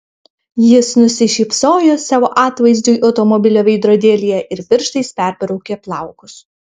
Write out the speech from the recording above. jis nusišypsojo savo atvaizdui automobilio veidrodėlyje ir pirštais perbraukė plaukus